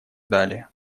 далее